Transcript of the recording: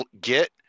get